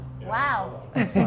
Wow